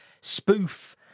spoof